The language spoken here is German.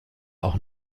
auch